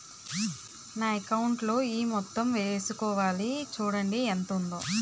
నా అకౌంటులో ఈ మొత్తం ఏసుకోవాలి చూడండి ఎంత ఉందో